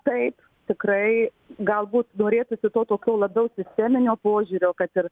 taip tikrai galbūt norėtųsi to tokio labiau sisteminio požiūrio kad ir